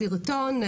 סרטון,